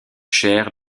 cher